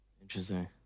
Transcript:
Interesting